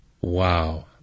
wow